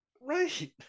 Right